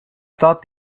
thought